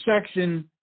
section